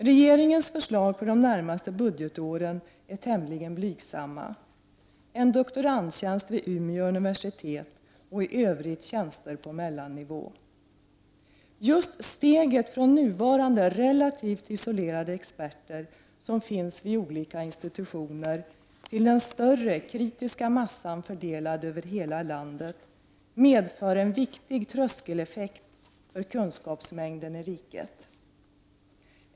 Regeringens förslag för de närmaste budgetåren är tämligen blygsamma: en doktorandtjänst vid Umeå universitet och i övrigt tjänster på mellannivå. Just steget från nuvarande relativt isolerade experter, som finns vid olika institutioner, till den större ”kritiska massan” fördelad över hela landet medför en viktig tröskeleffekt för kunskapsmängden i riket.